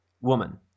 woman